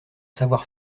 savoir